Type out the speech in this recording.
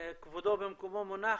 כבודו במקומו מונח,